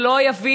זה לא יביא,